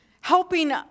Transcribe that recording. helping